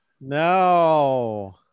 No